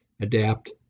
adapt